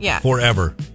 forever